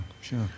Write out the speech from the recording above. sure